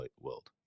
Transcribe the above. world